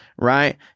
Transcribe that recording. right